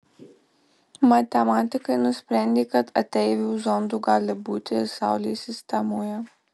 matematikai nusprendė kad ateivių zondų gali būti ir saulės sistemoje